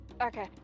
Okay